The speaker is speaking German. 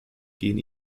gehen